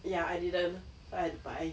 ya I didn't bad buy